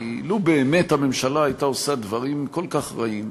כי לו באמת עשתה הממשלה דברים כל כך רעים,